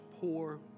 poor